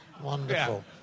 wonderful